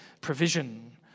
provision